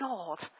God